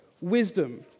wisdom